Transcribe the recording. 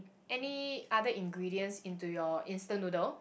any other ingredients into your instant noodle